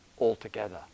altogether